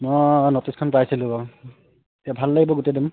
মই অঁ নটিচখন পাইছিলোঁ অঁ এতিয়া ভাল লাগিব গোটেই দ'ম